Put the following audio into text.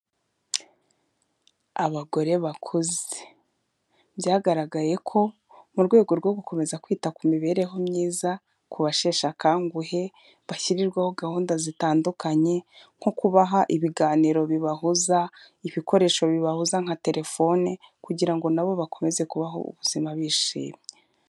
Abagore bakuze, byagaragaye ko mu rwego rwo gukomeza kwita ku mibereho myiza ku basheshe akanguhe, bashyirirwaho gahunda zitandukanye nko kubaha ibiganiro bibahuza, ibikoresho bibahuza nka telefone kugira ngo na bo bakomeze kubaho ubuzima bishimye.